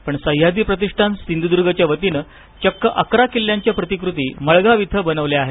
पण सह्याद्री प्रतिष्ठान सिंधुद्गच्या वतीने चक्क अकरा किल्ल्यांच्या प्रतिकृती मळगाव इथं बनवल्या आहेत